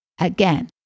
Again